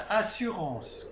assurance